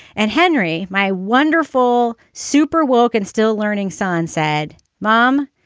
and henry, my wonderful super wolke and still learning son, said, mom,